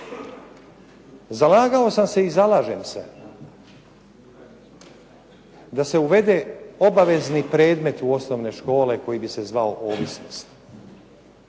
Zalagao sam se i zalažem se da se uvede obavezni predmet u osnovne škole koji bi se zvao ovisnost.